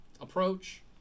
approach